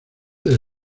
del